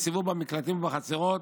סיבוב במקלטים ובחצרות,